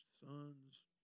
sons